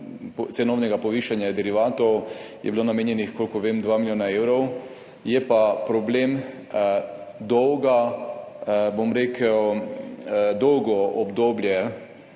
cenovnega povišanja derivatov je bilo namenjenih, kolikor vem, 2 milijona evrov, je pa problem dolgo obdobje,